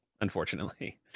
Unfortunately